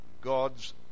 God's